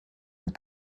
und